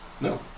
No